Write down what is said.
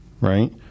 right